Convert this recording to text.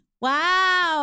Wow